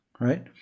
right